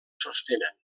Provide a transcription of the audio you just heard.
sostenen